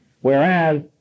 Whereas